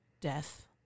death